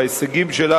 וההישגים שלה,